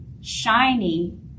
shiny